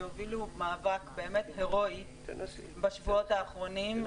שהובילו מאבק באמת הרואי בשבועות האחרונים,